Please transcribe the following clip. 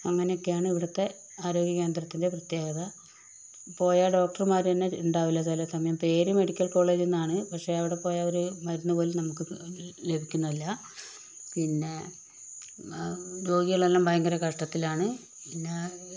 അങ്ങനെയൊക്കെയാണ് ഇവിടുത്തെ ആരോഗ്യകേന്ദ്രത്തിൻ്റെ പ്രത്യേകത പോയാൽ ഡോക്ടര്മാർ തന്നെ ഉണ്ടാവില്ല ചില സമയം പേര് മെഡിക്കൽ കോളേജ് എന്നാണ് പക്ഷേ അവിടെ പോയാൽ ഒരു മരുന്ന് പോലും നമുക്ക് ലഭിക്കുന്നല്ല പിന്നെ രോഗികളെല്ലാം ഭയങ്കര കഷ്ടത്തിലാണ് പിന്നെ